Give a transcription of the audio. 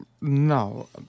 No